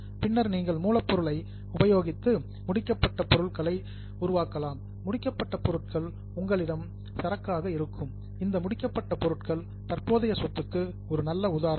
பின்னர் நீங்கள் மூலப்பொருளை உபயோகித்து பின்னிஸ்ட் கூட்ஸ் முடிக்கப்பட்ட பொருட்களை உருவாக்கலாம் முடிக்கப்பட்ட பொருட்கள் உங்களிடம் இன்வெண்டரி சரக்காக இருக்கும் இந்த முடிக்கப்பட்ட பொருட்கள் தற்போதைய சொத்துக்கு ஒரு நல்ல உதாரணம்